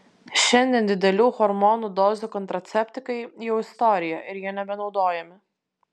šiandien didelių hormonų dozių kontraceptikai jau istorija ir jie nebenaudojami